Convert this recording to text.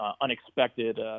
unexpected